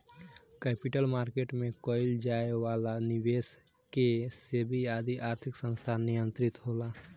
capital market में कईल जाए वाला निबेस के सेबी आदि आर्थिक संस्थान नियंत्रित होला